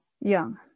young